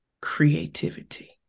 Creativity